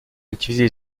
activités